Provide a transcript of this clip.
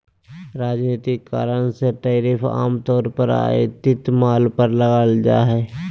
राजनीतिक कारण से टैरिफ आम तौर पर आयातित माल पर लगाल जा हइ